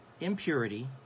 impurity